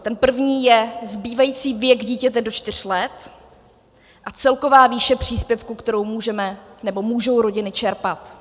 Ten první je zbývající věk dítěte do čtyř let a celková výše příspěvku, kterou můžeme, nebo můžou rodiny čerpat.